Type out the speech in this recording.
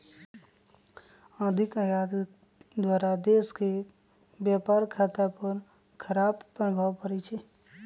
अधिक आयात द्वारा देश के व्यापार खता पर खराप प्रभाव पड़इ छइ